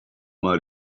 more